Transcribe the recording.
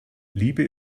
liebe